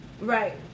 Right